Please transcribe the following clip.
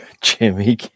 Jimmy